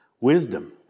Wisdom